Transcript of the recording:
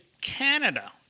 Canada